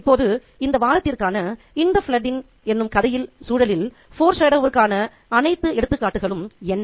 இப்போது இந்த வாரத்திற்கான 'இன் த ஃப்ளட்' என்று கதையின் சூழலில் ஃபோர் ஷாடோ விற்கான அனைத்து எடுத்துக்காட்டுகளும் என்ன